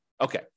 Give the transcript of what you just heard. Okay